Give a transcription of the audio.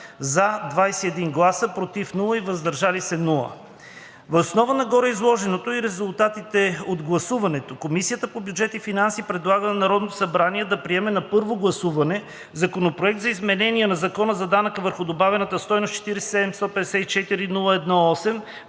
„за“ , без „против“ и „въздържал се“. Въз основа на гореизложеното и резултатите от гласуването Комисията по бюджет и финанси предлага на Народното събрание да приеме на първо гласуване Законопроект за изменение на Закона за данък върху добавената стойност, № 47-154-01-8,